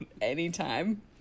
anytime